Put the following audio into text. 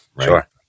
Sure